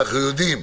אנחנו יודעים.